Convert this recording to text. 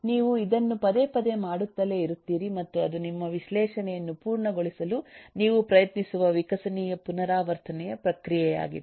ನೀವು ಇದನ್ನು ಪದೇ ಪದೇ ಮಾಡುತ್ತಲೇ ಇರುತ್ತೀರಿ ಮತ್ತು ಅದು ನಿಮ್ಮ ವಿಶ್ಲೇಷಣೆಯನ್ನು ಪರಿಪೂರ್ಣಗೊಳಿಸಲು ನೀವು ಪ್ರಯತ್ನಿಸುವ ವಿಕಸನೀಯ ಪುನರಾವರ್ತನೆಯ ಪ್ರಕ್ರಿಯೆಯಾಗಿದೆ